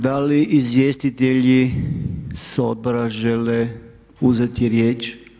Da li izvjestitelji s odbora žele uzeti riječ?